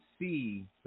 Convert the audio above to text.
see